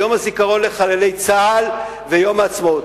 יום הזיכרון לחללי צה"ל ויום העצמאות.